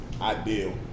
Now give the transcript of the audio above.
ideal